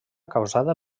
causada